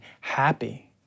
happy